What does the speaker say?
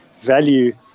value